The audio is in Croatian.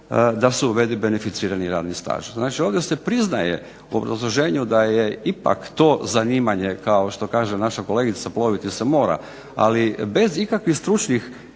da se uvede beneficirani radni staž. Znači ovdje se priznaje u obrazloženju da je ipak to zanimanje kao što kaže naša kolegica ploviti se mora, ali bez ikakvih stručnih,